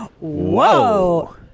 Whoa